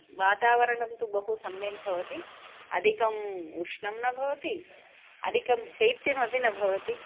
वातावरणं तु बहु सम्यक् भवति अधिकम् उष्णं न भवति अधिकं शैत्यमपि न भवति